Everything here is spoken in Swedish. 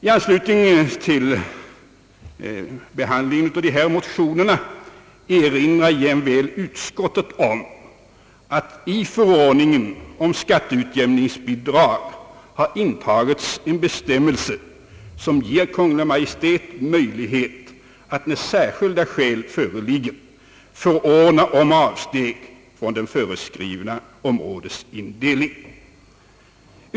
I anslutning till behandlingen av dessa motioner erinrar utskottet jämväl om att i förordningen om skatteutjämningsbidrag har intagits en bestämmelse som ger Kungl. Maj:t möjlighet att när särskilda skäl föreligger förordna om avsteg från den föreskrivna områdesindelningen.